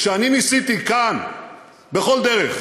כשאני ניסיתי כאן בכל דרך